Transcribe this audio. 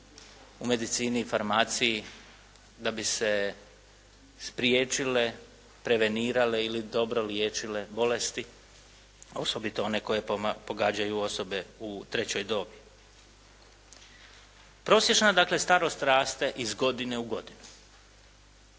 u medicini i farmaciji da bi se spriječile, prevenirale ili dobro liječile bolesti, osobito one koje pogađaju osobe u trećoj dobi. Prosječna, dakle starost raste iz godine u godinu.